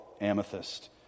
amethyst